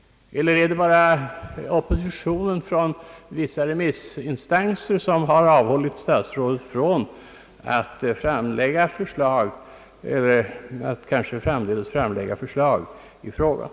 Eller är det bara oppositionen från vissa remissinstanser vilken avhåller honom från att kanske framdeles framlägga förslag i frågan?